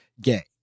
gay